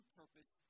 purpose